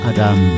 Adam